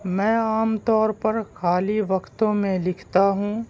میں عام طور پر خالی وقتوں میں لکھتا ہوں